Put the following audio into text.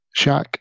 Shaq